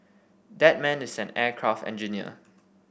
that man is an aircraft engineer